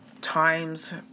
times